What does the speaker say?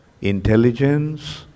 intelligence